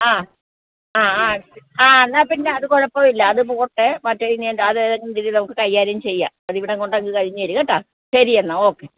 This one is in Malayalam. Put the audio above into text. ആ ആ ആ ആ എന്നാപ്പിന്നെ അത് കുഴപ്പമില്ല അത് പോട്ടേ മറ്റേത് ഇനി എന്താ അത് എന്തെങ്കിലും രീതീൽ നമുക്ക് കൈകാര്യം ചെയ്യാം അതിവിഡാങ്കൊണ്ടങ്ങ് കഴിഞ്ഞേര് കേട്ടോ ശരിയെന്നാൽ ഓക്കെ